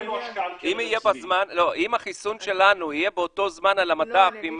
אם החיסון שלנו יהיה באותו זמן על המדף עם